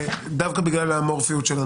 דווקא בגלל האמורפיות של הנושא,